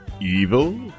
Evil